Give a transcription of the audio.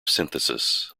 synthesis